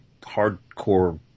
hardcore